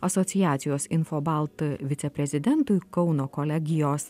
asociacijos infobalt viceprezidentui kauno kolegijos